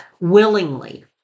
willingly